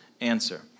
answer